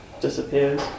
disappears